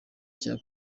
cya